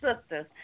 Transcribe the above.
sisters